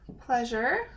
pleasure